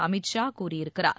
அமித்ஷா கூறியிருக்கிறார்